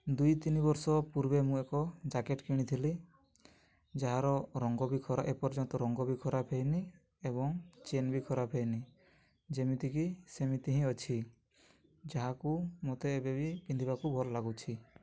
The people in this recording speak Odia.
ଦୁଇ ତିନି ବର୍ଷ ପୂର୍ବେ ମୁଁ ଏକ ଜ୍ୟାକେଟ୍ କିଣିଥିଲି ଯାହାର ରଙ୍ଗ ବି ଏପର୍ଯ୍ୟନ୍ତ ରଙ୍ଗ ବି ଖରାପ ହେଇନି ଏବଂ ଚେନ୍ ବି ଖରାପ ହେଇନି ଯେମିତିକି ସେମିତି ହିଁ ଅଛି ଯାହାକୁ ମତେ ଏବେବି ପିନ୍ଧିବାକୁ ଭଲ ଲାଗୁଛି